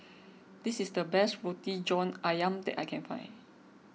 this is the best Roti John Ayam that I can find